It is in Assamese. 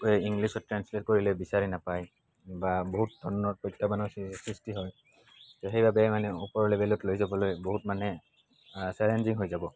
ইংলিছত ট্ৰেঞ্ছলেট কৰিলে বিচাৰি নাপায় বা বহুত ধৰণৰ প্ৰত্যাহ্বানৰ সৃষ্টি হয় সেইবাবে মানে ওপৰৰ লেবেলত লৈ যাবলৈ বহুত মানে চেলেঞ্জিং হৈ যাব